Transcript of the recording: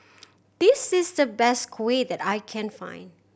this is the best Kuih that I can find